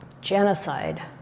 genocide